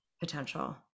potential